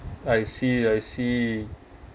I see I see